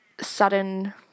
sudden